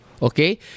okay